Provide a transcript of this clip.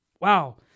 Wow